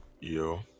yo